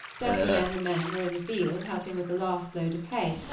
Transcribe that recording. betty and the men were in the field helping with the last load of hay,